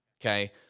Okay